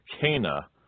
Cana